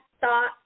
thought